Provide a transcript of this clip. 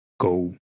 Go